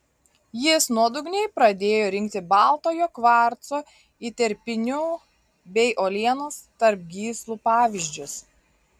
jis nuodugniai pradėjo rinkti baltojo kvarco įterpinių bei uolienos tarp gyslų pavyzdžius